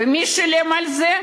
ומי שילם על זה?